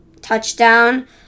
touchdown